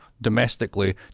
domestically